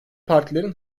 partilerin